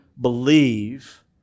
believe